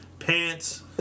Pants